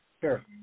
Sure